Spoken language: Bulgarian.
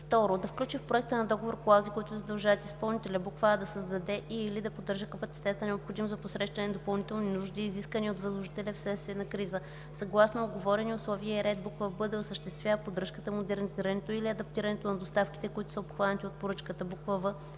2. да включи в проекта на договор клаузи, които задължават изпълнителя: а) да създаде и/или да поддържа капацитета, необходим за посрещане на допълнителни нужди, изисквани от възложителя вследствие на криза, съгласно уговорени условия и ред; б) да осъществява поддръжката, модернизирането или адаптирането на доставките, които са обхванати от поръчката; в) да